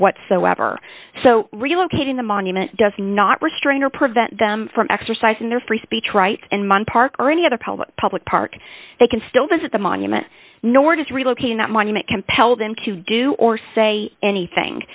whatsoever so relocating the monument does not restrain or prevent them from exercising their free speech rights and money park or any other public public park they can still visit the monument nor does relocating that monument compel them to do or say anything